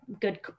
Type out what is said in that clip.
good